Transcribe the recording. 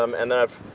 um and then i've.